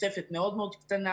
תוספת מאוד מאוד קטנה